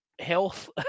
health